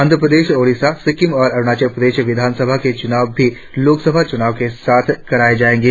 आंध्र प्रदेश ओड़िसा सिक्किम और अरुणाचल प्रदेश विधानसभा के चुनाव भी लोकसभा चुनाव के साथ ही कराए जाएंगे